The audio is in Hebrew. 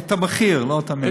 את המחיר, לא את המלגות.